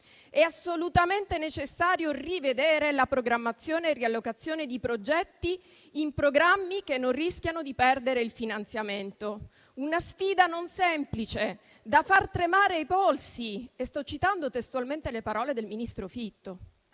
è assolutamente necessario rivedere la programmazione e la riallocazione di progetti in programmi che non rischiano di perdere il finanziamento; una sfida non semplice, «da far tremare i polsi» (sto citando testualmente le parole del ministro Fitto).